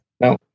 No